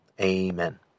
Amen